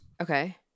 okay